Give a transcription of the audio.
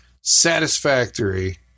satisfactory